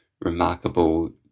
remarkable